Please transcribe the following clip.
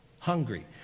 Hungry